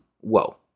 whoa